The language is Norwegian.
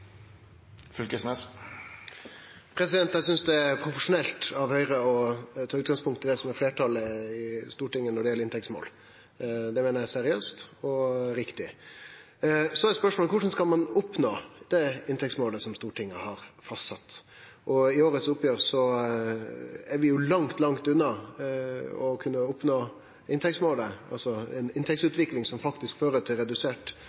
Eg synest det er profesjonelt av Høgre å ta utgangspunkt i fleirtalet i Stortinget når det gjeld inntektsmål. Det meiner eg er seriøst og riktig. Så er spørsmålet: Korleis skal ein oppnå det inntektsmålet som Stortinget har fastsett? I årets oppgjer er vi jo langt, langt unna å kunne oppnå inntektsmålet, altså ei inntektsutvikling som faktisk fører til redusert